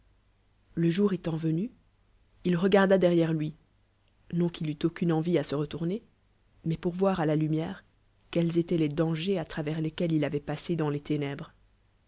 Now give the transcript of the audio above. le jour étant venu il regarda derrière lui non qu'il eût aucune envie ise retourner mais pour voir à la lumière quels étojcnlles dangers à travers lesquels il avoit passé dans les ténèbres